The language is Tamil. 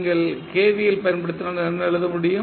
நீங்கள் KVL பயன்படுத்தினால் என்ன எழுத முடியும்